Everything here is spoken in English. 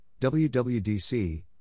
WWDC